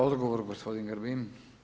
Odgovor gospodin Grbin.